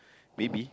maybe